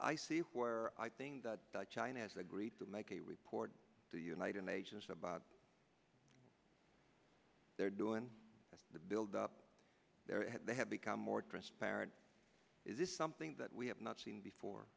i see where i think china has agreed to make a report to the united nations about their doing the buildup they have become more transparent is this something that we have not seen before